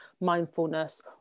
mindfulness